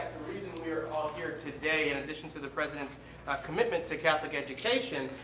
reason we are all here today, in addition to the president's commitment to catholic education,